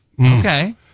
Okay